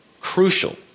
crucial